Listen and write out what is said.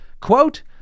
quote